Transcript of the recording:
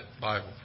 Bible